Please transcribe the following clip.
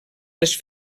les